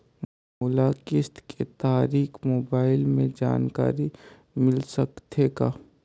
मोला किस्त के तारिक मोबाइल मे जानकारी मिल सकथे का?